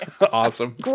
awesome